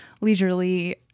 leisurely